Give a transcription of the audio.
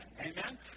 amen